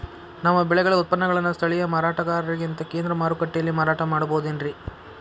ನಮ್ಮ ಬೆಳೆಗಳ ಉತ್ಪನ್ನಗಳನ್ನ ಸ್ಥಳೇಯ ಮಾರಾಟಗಾರರಿಗಿಂತ ಕೇಂದ್ರ ಮಾರುಕಟ್ಟೆಯಲ್ಲಿ ಮಾರಾಟ ಮಾಡಬಹುದೇನ್ರಿ?